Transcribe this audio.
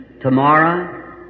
tomorrow